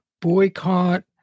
boycott